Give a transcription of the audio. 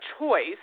choice